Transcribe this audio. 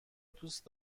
دوست